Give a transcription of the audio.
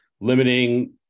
limiting-